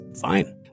fine